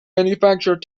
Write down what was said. manufacture